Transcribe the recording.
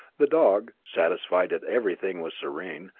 the dog, satisfied that everything was serene,